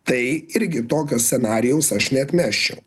tai irgi tokio scenarijaus aš neatmesčiau